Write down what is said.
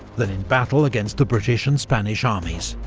than in battle against the british and spanish armies.